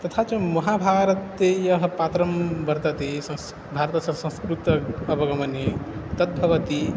तथा च महाभारते यः पात्रं वर्तते सं भारतस्य संस्कृतावगमने तद्भवति